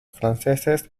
franceses